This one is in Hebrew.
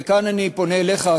וכאן אני פונה אליך,